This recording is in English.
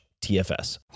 TFS